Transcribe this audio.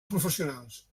professionals